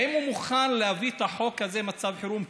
האם הוא מוכן להביא את החוק הזה של מצב חירום,